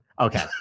Okay